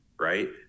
right